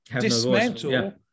dismantle